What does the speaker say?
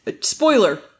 spoiler